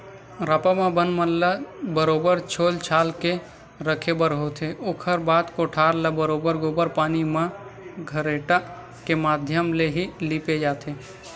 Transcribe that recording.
रापा म बन मन ल बरोबर छोल छाल के रखे बर होथे, ओखर बाद कोठार ल बरोबर गोबर पानी म खरेटा के माधियम ले ही लिपे जाथे